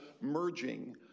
merging